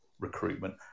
recruitment